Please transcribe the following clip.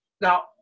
now